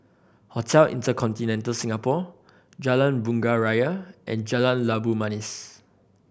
Hotel InterContinental Singapore Jalan Bunga Raya and Jalan Labu Manis